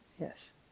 Yes